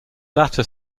latter